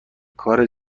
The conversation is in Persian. کار